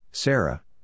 Sarah